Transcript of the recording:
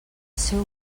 seu